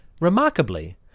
Remarkably